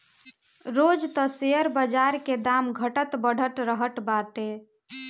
रोज तअ शेयर बाजार के दाम घटत बढ़त रहत बाटे